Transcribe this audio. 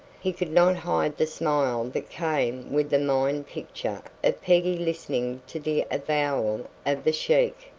he could not hide the smile that came with the mind picture of peggy listening to the avowal of the sheik.